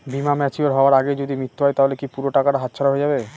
বীমা ম্যাচিওর হয়ার আগেই যদি মৃত্যু হয় তাহলে কি পুরো টাকাটা হাতছাড়া হয়ে যাবে?